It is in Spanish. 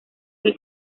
que